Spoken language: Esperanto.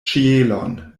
ĉielon